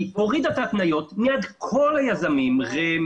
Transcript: היא הורידה את ההתניות ליד כל היזמים רשות מקרקעי ישראל,